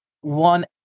one